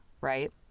right